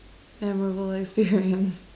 memorable experience